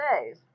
days